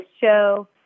show